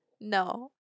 No